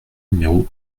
numéro